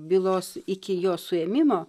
bylos iki jo suėmimo